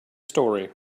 story